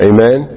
Amen